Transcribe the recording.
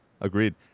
Agreed